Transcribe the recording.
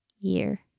year